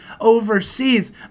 overseas